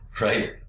Right